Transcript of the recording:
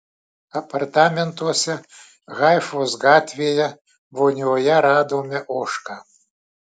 apartamentuose haifos gatvėje vonioje radome ožką